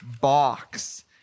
box